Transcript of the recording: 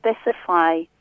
specify